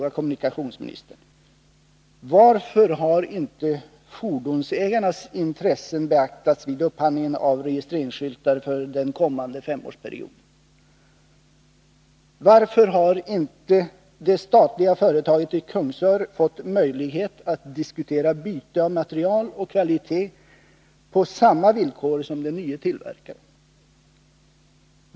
Varför har inte det statliga företaget i Kungsör fått möjlighet att diskutera byte av material och kvalitet på samma villkor som den nye tillverkaren?